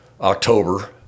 October